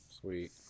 Sweet